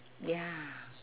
ya